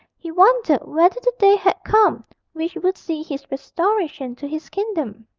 he wondered whether the day had come which would see his restoration to his kingdom.